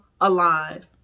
alive